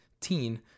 teen